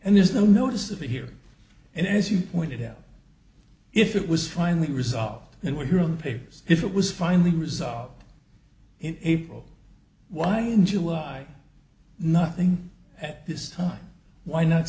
and there's no notice of it here and as you pointed out if it was finally resolved and were here in the papers if it was finally resolved in april why in july nothing at this time why not